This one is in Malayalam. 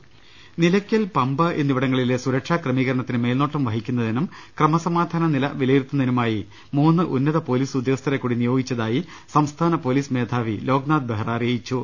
രദ്ദമ്പ്പെട്ടറ നിലയ്ക്കൽ പമ്പ എന്നിവിടങ്ങളിലെ സുരക്ഷാക്രമീകരണത്തിന് മേൽനോട്ടം വഹിക്കുന്നതിനും ക്രമസമാധാന നില വിലയിരുത്തുന്നതിനു മായി മൂന്ന് ഉന്നത പൊലീസ് ഉദ്യോഗസ്ഥരെക്കൂടി നിയോഗിച്ചതായി സംസ്ഥാന പൊലീസ് മേധാവി ലോക്നാഥ് ബെഹ്റ അറിയിച്ചു